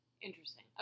Interesting